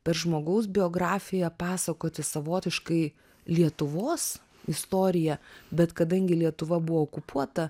per žmogaus biografiją pasakoti savotiškai lietuvos istoriją bet kadangi lietuva buvo okupuota